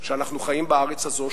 שאנחנו חיים בארץ הזו,